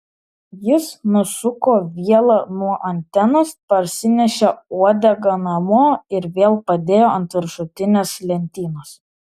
jis nusuko vielą nuo antenos parsinešė uodegą namo ir vėl padėjo ant viršutinės lentynos